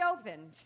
opened